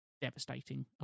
devastating